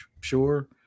sure